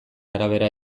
arabera